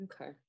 Okay